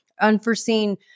unforeseen